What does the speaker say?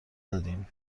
دادیدن